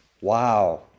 Wow